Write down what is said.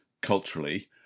culturally